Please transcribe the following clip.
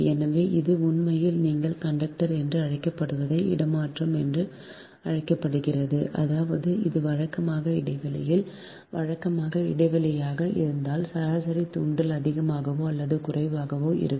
எனவே இது உண்மையில் நீங்கள் கண்டக்டர் என்று அழைக்கப்படுவதை இடமாற்றம் என்று அழைக்கப்படுகிறது அதாவது அது வழக்கமான இடைவெளியில் வழக்கமான இடைவெளியாக இருந்தால் சராசரி தூண்டல் அதிகமாகவோ அல்லது குறைவாகவோ இருக்கும்